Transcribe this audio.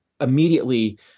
immediately